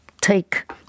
take